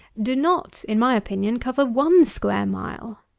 do not, in my opinion, cover one square mile.